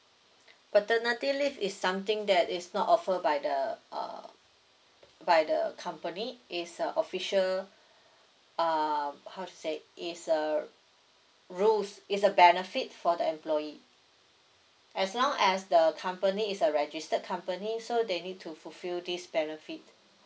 paternity leave is something that is not offered by the uh by the company is a official uh how to say is a rules is a benefit for the employee as long as the company is a registered company so they need to fulfill this benefit